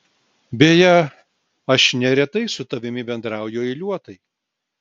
beje aš neretai su tavimi bendrauju eiliuotai